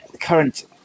current